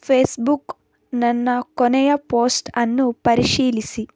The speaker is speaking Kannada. ಫೇಸ್ಬುಕ್ ನನ್ನ ಕೊನೆಯ ಪೋಸ್ಟ್ ಅನ್ನು ಪರಿಶೀಲಿಸಿ